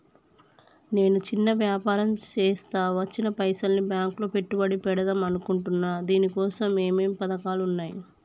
నేను చిన్న వ్యాపారం చేస్తా వచ్చిన పైసల్ని బ్యాంకులో పెట్టుబడి పెడదాం అనుకుంటున్నా దీనికోసం ఏమేం పథకాలు ఉన్నాయ్?